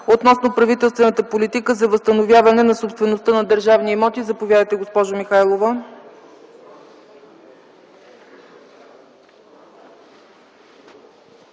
относно правителствената политика за възстановяване на собствеността на държавни имоти. Заповядайте, госпожо Михайлова.